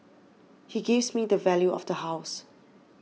he gives me the value of the house